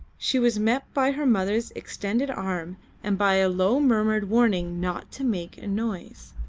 she was met by her mother's extended arm and by a low murmured warning not to make a noise.